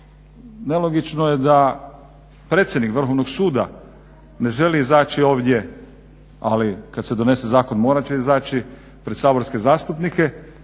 nelogično je da predsjednik Vrhovnog suda ne želi izaći ovdje ali kad se donese zakon morat će izaći pred saborske zastupnike